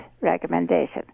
recommendation